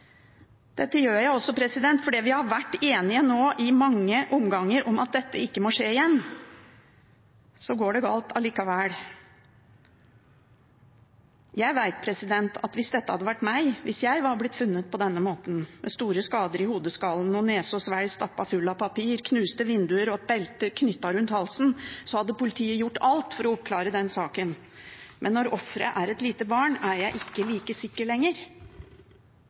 Dette gjør jeg også fordi vi nå har vært enige om i mange omganger at dette ikke må skje igjen. Så går det galt allikevel. Jeg vet at hvis dette hadde vært meg, hvis jeg hadde blitt funnet på denne måten, med store skader på hodeskallen og nese og svelg stappet fulle av papir, knuste vinduer og et belte knyttet rundt halsen, så hadde politiet gjort alt for å oppklare den saken. Men når offeret er et lite barn, er jeg ikke like sikker lenger.